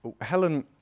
Helen